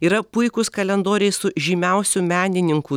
yra puikūs kalendoriai su žymiausių menininkų